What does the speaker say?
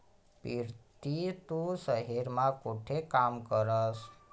पिरती तू शहेर मा कोठे काम करस?